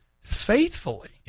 faithfully